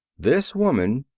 this woman,